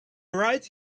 right